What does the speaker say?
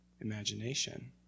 imagination